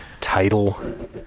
title